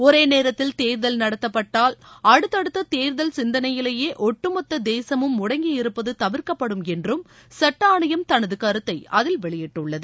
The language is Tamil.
ஒரே நேரத்தில் தேர்தல் நடத்தப்பட்டால் அடுத்தடுத்து தேர்தல் சிந்தனையிலேயே ஒட்டு மொத்த தேசமும் முடங்கி இருப்பது தவிர்க்கப்படும் என்றும் சட்ட ஆணையம் தனது கருத்தை அதில் வெளியிட்டுள்ளது